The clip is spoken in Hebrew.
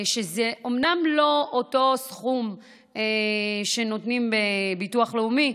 שזה אומנם לא אותו סכום שנותנים בביטוח לאומי,